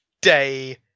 day